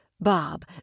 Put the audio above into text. Bob